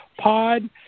Pod